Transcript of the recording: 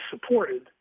supported